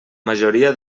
majoria